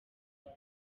umwe